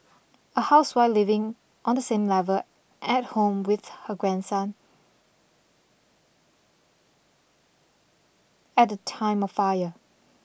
a housewife living on the same level at home with her grandson at the time of fire